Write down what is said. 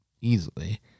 easily